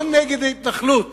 לא נגד ההתנחלות,